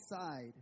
side